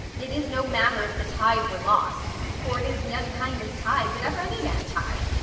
it is no matter if the tied were lost for it is the unkindest tied that ever any man tied.